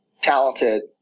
talented